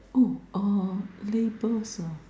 oh uh labels ah